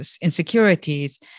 insecurities